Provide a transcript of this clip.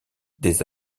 des